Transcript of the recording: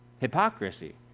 Hypocrisy